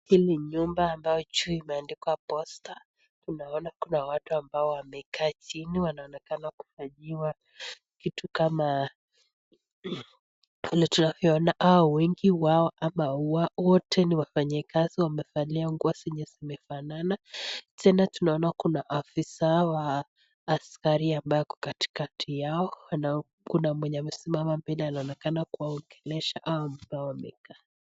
Hii ni nyumba ambao juu imeandikwa posta, tunaona kuna watu ambao wamekaa chini wanonekana kuojiwa kitu kama, vile tunavyo ona hao wengi au wote ni wafanyi kazi, wamevalia nguo zenye zimefanana, tena tunaona afisa askari ambaye ako kati kati yao, kuna mwenye amesimama mbele anaonekana kuongelesha hao ambao wamekaa.